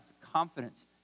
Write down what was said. confidence